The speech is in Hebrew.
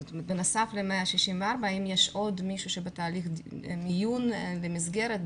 זאת אומרת בנוסף ל-164 האם יש עוד בתהליך מיון למסגרת,